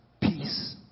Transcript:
peace